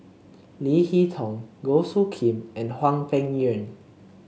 Leo Hee Tong Goh Soo Khim and Hwang Peng Yuan